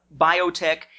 biotech